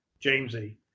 Jamesy